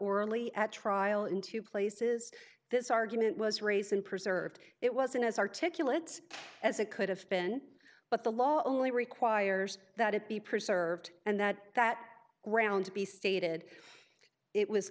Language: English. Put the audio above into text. orally at trial in two places this argument was race in preserved it wasn't as articulate as it could have been but the law only requires that it be preserved and that that ground to be stated it was